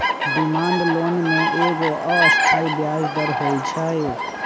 demand loan में एगो अस्थाई ब्याज दर होइ छइ